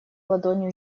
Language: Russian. ладонью